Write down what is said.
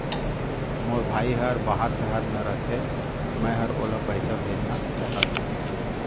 मोर भाई हर बाहर शहर में रथे, मै ह ओला पैसा भेजना चाहथों